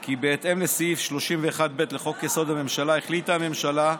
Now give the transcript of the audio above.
כי בהתאם לסעיף 31(ב) לחוק-יסוד: הממשלה החליטה הממשלה,